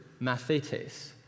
mathetes